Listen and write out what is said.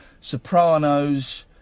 Sopranos